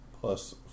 plus